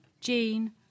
Jean